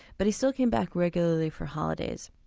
but he still came back regularly for holidays.